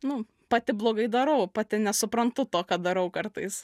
nu pati blogai darau pati nesuprantu to ką darau kartais